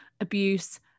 abuse